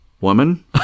woman